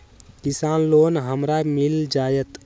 किसान लोन हमरा मिल जायत?